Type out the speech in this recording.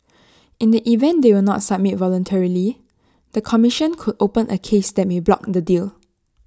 in the event they will not submit voluntarily the commission could open A case that may block in the deal